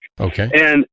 Okay